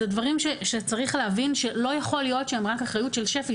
זה דברים שצריך להבין שלא יכול להיות שהם רק אחריות של שפ"י,